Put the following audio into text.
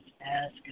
ask